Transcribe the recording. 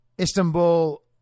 Istanbul